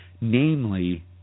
Namely